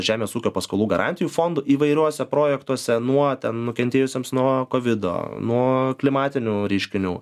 žemės ūkio paskolų garantijų fondu įvairiuose projektuose nuo ten nukentėjusiems nuo kovido nuo klimatinių reiškinių